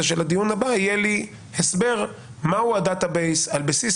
הוא שלדיון הבא יהיה לי הסבר על מהו ה-Data Base; על בסיס